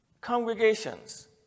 congregations